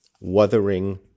Wuthering